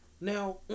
Now